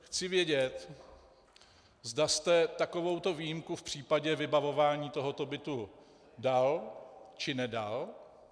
Chci vědět, zda jste takovouto výjimku v případě vybavování tohoto bytu dal, či nedal.